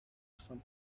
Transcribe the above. some